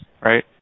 right